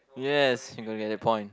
yes you got that that point